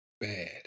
bad